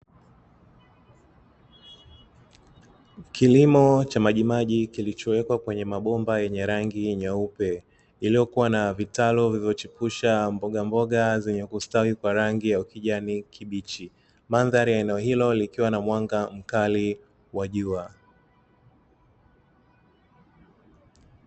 Kilimo cha majimaji kilichowekwa kwenye mabomba yenye rangi nyeupe, yaliyokuwa na vitalu vilivyochipusha mbogamboga zenye kustawi kwa rangi ya kijani kibichi. Mandhari ya eneo hilo likiwa na mwanga mkali wa jua.